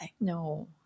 No